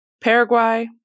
Paraguay